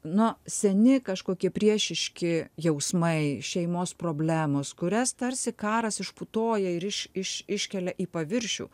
nu seni kažkokie priešiški jausmai šeimos problemos kurias tarsi karas išputoja ir iš iš iškelia į paviršių